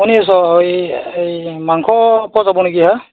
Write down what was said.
শুনি আছ এই এই মাংস পোৱা যাব নেকি হে